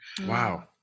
Wow